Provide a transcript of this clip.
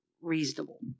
reasonable